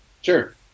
Sure